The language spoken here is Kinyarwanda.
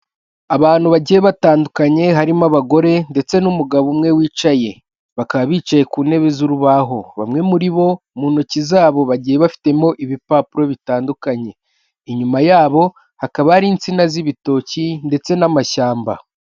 Abantu bagiye batandukanye harimo abagore ndetse n'umugabo umwe wicaye. Bakaba bicaye ku ntebe z'urubaho. Bamwe muri bo mu ntoki zabo bagiye bafitemo ibipapuro bitandukanye. Inyuma yabo hakaba hari insina z'ibitoki ndetse n'amashyamba.